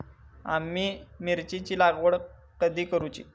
आम्ही मिरचेंची लागवड कधी करूची?